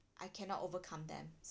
I cannot overcome them